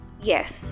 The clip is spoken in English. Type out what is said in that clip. yes